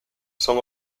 son